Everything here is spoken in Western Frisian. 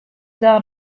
dan